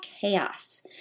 chaos